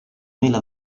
mela